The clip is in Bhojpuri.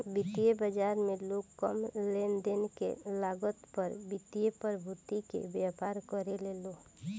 वित्तीय बाजार में लोग कम लेनदेन के लागत पर वित्तीय प्रतिभूति के व्यापार करेला लो